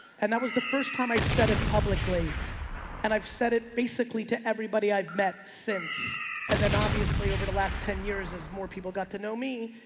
and that was the first time i said it publicly and i've said it basically to everybody i've met since and then obviously over the last ten years as more people got to know me,